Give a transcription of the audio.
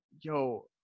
yo